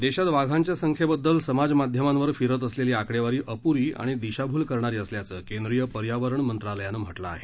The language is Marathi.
देशात वाघांच्या संख्येबद्दल समाजमाध्यमांवर फिरत असलेली आकडेवारी अपुरी आणि दिशाभूल करणारी असल्याचं केंद्रीय पर्यावरण मंत्रालयाने म्हटलं आहे